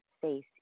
face